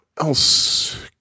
else